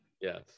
yes